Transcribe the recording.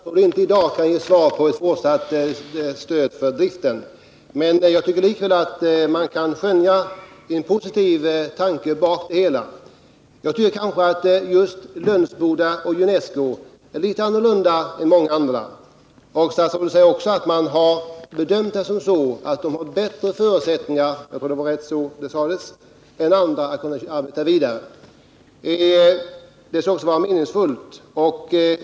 Herr talman! Jag förstår att statsrådet inte i dag kan ge ett svar beträffande fortsatt stöd till driften. Men jag tycker likväl att jag kan skönja en positiv tanke bakom det hela. Och jag tycker kanske att just Lönsboda och Junesco är litet annorlunda än många andra fall. Statsrådet säger också att man gjort den bedömningen att det finns bättre förutsättningar — det var väl så det sades än i andra fall för att kunna arbeta vidare. Och det skulle också vara meningsfullt.